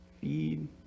feed